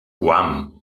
wham